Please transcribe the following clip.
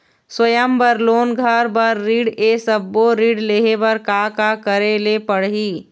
स्वयं बर लोन, घर बर ऋण, ये सब्बो ऋण लहे बर का का करे ले पड़ही?